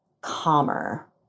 calmer